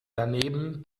daneben